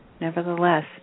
nevertheless